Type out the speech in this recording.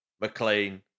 McLean